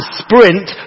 sprint